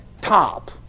top